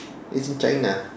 it's in China